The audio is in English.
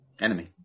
Enemy